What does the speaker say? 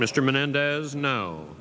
mr menendez no